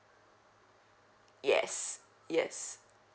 yes yes